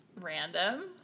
Random